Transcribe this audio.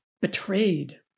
betrayed